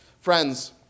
friends